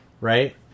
right